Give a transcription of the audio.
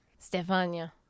Stefania